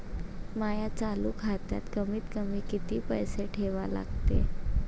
माया चालू खात्यात कमीत कमी किती पैसे ठेवा लागते?